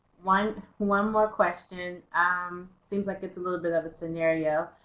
one one more question um seems like it's a little bit of a scenario.